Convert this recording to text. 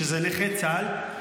שזה נכי צה"ל,